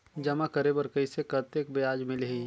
जमा करे बर कइसे कतेक ब्याज मिलही?